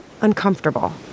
uncomfortable